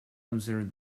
observe